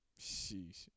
Sheesh